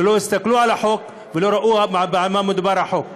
שלא הסתכלו על החוק ולא ראו על מה מדובר בחוק.